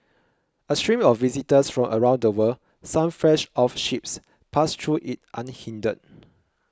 a stream of visitors from around the world some fresh off ships passed through it unhindered